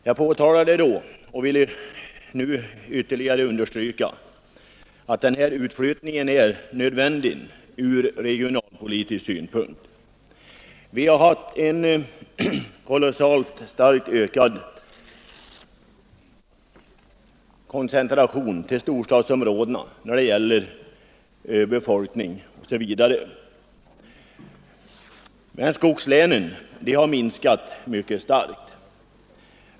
Jag påpekade då och vill nu ytterligare understryka detta att denna utflyttning är nödvändig från regionalpolitisk synpunkt. Vi har haft en kolossalt starkt ökad koncentration till storstadsområdena när det gäller befolkningen. Men skogslänen har befolkningsmässigt undergått en mycket stark minskning.